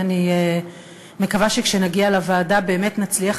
ואני מקווה שכשנגיע לוועדה באמת נצליח